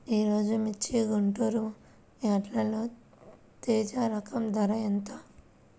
ఈరోజు మిర్చి గుంటూరు యార్డులో తేజ రకం ధర ఎంత?